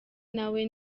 nawe